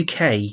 UK